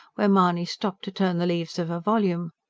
where mahony stopped to turn the leaves of a volume.